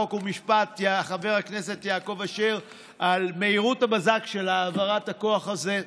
חוק ומשפט חבר הכנסת יעקב אשר על מהירות הבזק של העברת החוק הזה.